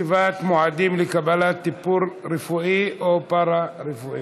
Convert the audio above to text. קציבת מועדים לקבלת טיפול רפואי או פארה-רפואי.